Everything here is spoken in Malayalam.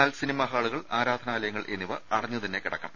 എന്നാൽ സിനിമാ ഹാളുകൾ ആരാധനാലയങ്ങൾ എന്നിവ അടഞ്ഞു തന്നെ കിടക്കണം